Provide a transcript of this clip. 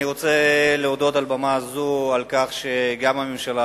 אני רוצה להודות על במה זו על כך שגם הממשלה